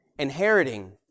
Inheriting